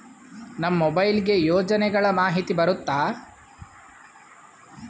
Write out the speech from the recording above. ನಮ್ ಮೊಬೈಲ್ ಗೆ ಯೋಜನೆ ಗಳಮಾಹಿತಿ ಬರುತ್ತ?